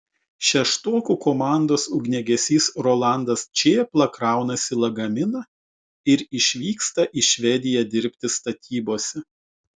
šeštokų komandos ugniagesys rolandas čėpla kraunasi lagaminą ir išvyksta į švediją dirbti statybose